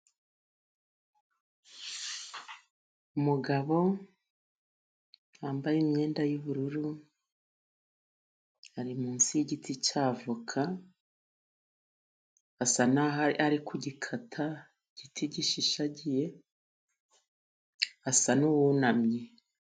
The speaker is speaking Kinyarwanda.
Umugabo wambaye imyenda y'ubururu ari munsi y'igiti cya avoka, asa n'aho ari ku gikata, igiti gishishagiye, asa n'uwunamye.